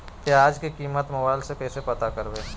प्याज की कीमत मोबाइल में कैसे पता करबै?